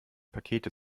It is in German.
pakete